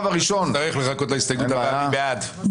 נצביע על הסתייגות 154 מי בעד?